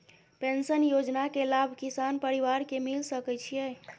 Pension योजना के लाभ किसान परिवार के मिल सके छिए?